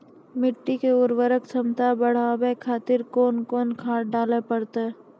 मिट्टी के उर्वरक छमता बढबय खातिर कोंन कोंन खाद डाले परतै?